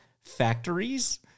factories